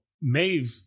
Maeve